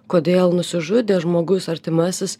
kodėl nusižudė žmogus artimasis